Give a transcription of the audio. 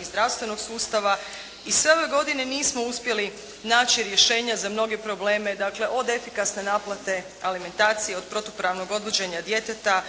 i zdravstvenog sustava i sve ove godine nismo uspjeli naći rješenja za mnoge probleme, dakle od efikasne naplate alimentacije, od protupravnog odvođenja djeteta,